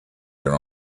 their